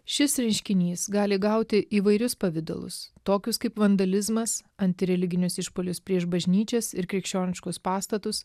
šis reiškinys gali gauti įvairius pavidalus tokius kaip vandalizmas antireliginius išpuolius prieš bažnyčias ir krikščioniškus pastatus